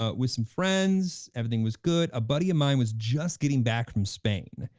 ah with some friends, everything was good. a buddy of mine was just getting back from spain.